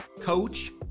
coach